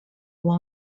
who